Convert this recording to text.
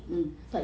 mmhmm